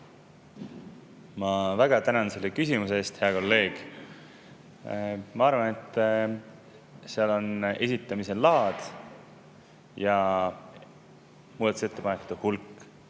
Ma väga tänan selle küsimuse eest, hea kolleeg. Ma arvan, et seal on [aluseks] esitamise laad ja muudatusettepanekute hulk.